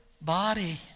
body